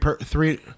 three